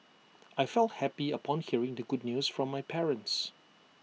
I felt happy upon hearing the good news from my parents